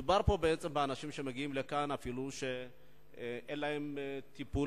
מדובר בעצם באנשים שמגיעים לכאן כאשר אין להם טיפול